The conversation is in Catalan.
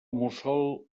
mussol